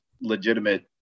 legitimate